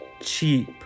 cheap